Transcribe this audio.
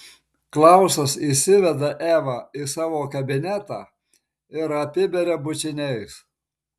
klausas įsiveda evą į savo kabinetą ir apiberia bučiniais